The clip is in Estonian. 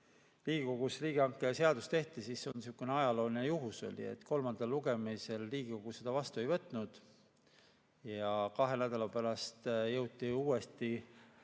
Riigikogus riigihangete seadust tehti, siis oli sihukene ajalooline juhus, et kolmandal lugemisel Riigikogu seda vastu ei võtnud, kahe nädala pärast jõuti uuesti